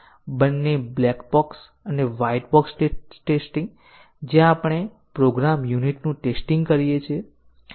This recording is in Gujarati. આપણે સ્ટેટમેન્ટ 1 નો DEF સેટ a લખીએ છીએ અને સ્ટેટમેન્ટ 1 નો USES સેટ b સેટ છે